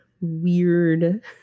weird